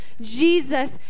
Jesus